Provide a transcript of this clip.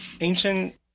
Ancient